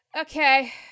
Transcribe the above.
Okay